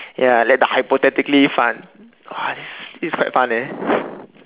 ya let the hypothetically fun !wah! this this's quite fun eh